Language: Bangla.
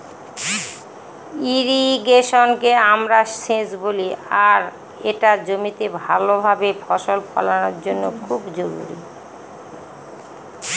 ইর্রিগেশনকে আমরা সেচ বলি আর এটা জমিতে ভাল ভাবে ফসল ফলানোর জন্য খুব জরুরি